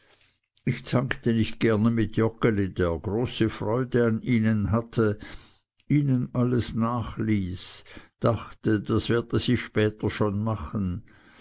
ich zankte nicht gerne mit joggeli der große freude an ihnen hatte ihnen alles nachließ dachte das werde sich später schon machen